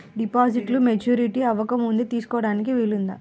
డిపాజిట్ను మెచ్యూరిటీ అవ్వకముందే తీసుకోటానికి వీలుందా?